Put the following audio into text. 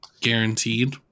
guaranteed